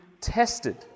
tested